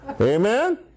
Amen